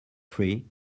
three